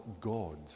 God